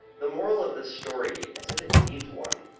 the moral of the story, as if it needs one,